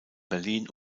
berlin